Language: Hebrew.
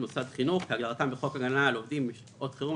"מוסד חינוך" כהגדרתם בחוק הגנה על עובדים בשעת חירום,